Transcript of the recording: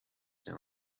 now